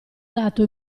dato